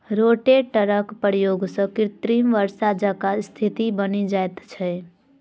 रोटेटरक प्रयोग सॅ कृत्रिम वर्षा जकाँ स्थिति बनि जाइत छै